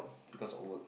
because of work